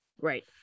Right